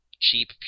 cheap